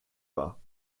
war